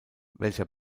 welcher